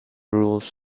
rules